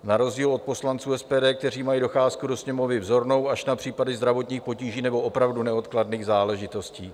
Na rozdíl od poslanců SPD, kteří mají docházku do Sněmovny vzornou, až na případy zdravotních potíží nebo opravdu neodkladných záležitostí.